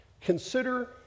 consider